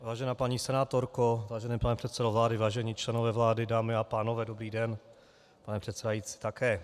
Vážená paní senátorko, vážený pane předsedo vlády, vážení členové vlády, dámy a pánové, dobrý den, pane předsedající také.